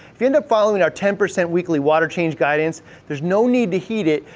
if you end up following our ten percent weekly water change guidance there's no need to heat it.